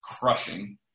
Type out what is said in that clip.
crushing